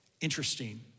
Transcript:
Interesting